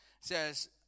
says